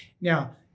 Now